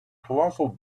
colossal